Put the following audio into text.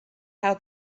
how